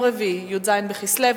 ובכן,